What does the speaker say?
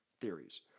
theories